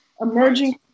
emerging